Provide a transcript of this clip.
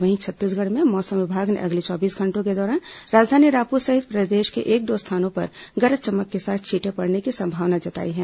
वहीं छत्तीसगढ़ में मौसम विभाग ने अगले चौबीस घंटों के दौरान राजधानी रायपुर सहित प्रदेश के एक दो स्थानों पर गरज चमक के साथ छींटे पड़ने की संभावना जताई है